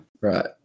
Right